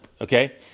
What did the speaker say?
okay